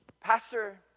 Pastor